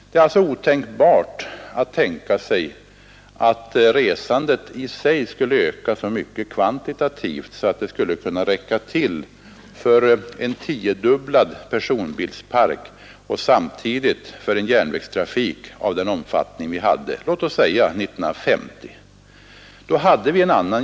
Det är alltså otänkbart att tänka sig att resandet skulle öka kvantitativt så mycket att det skulle räcka till både för en tiodubblad personbilspark och för en järnvägstrafik av den omfattning vi hade t.ex. 1950.